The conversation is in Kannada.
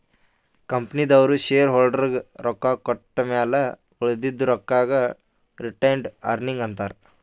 ಕಂಪನಿದವ್ರು ಶೇರ್ ಹೋಲ್ಡರ್ಗ ರೊಕ್ಕಾ ಕೊಟ್ಟಮ್ಯಾಲ ಉಳದಿದು ರೊಕ್ಕಾಗ ರಿಟೈನ್ಡ್ ಅರ್ನಿಂಗ್ ಅಂತಾರ